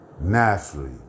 naturally